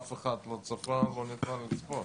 אף אחד לא צפה ולא ניתן לצפות.